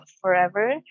forever